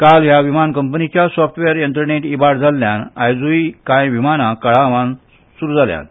काल ह्या विमान कंपनीच्या सोफ्टवॅर यंत्रणेंत इबाड जाल्ल्यान आयजयूय कांय विमानां कळावान सुटल्यांत